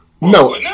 No